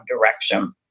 direction